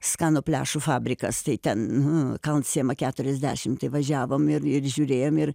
skano pliašių fabrikas tai ten nu kauncijema keturiasdešimt tai važiavom ir ir žiūrėjom ir